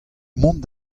mont